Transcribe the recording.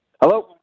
Hello